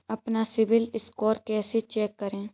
अपना सिबिल स्कोर कैसे चेक करें?